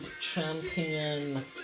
champion